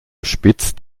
spitzt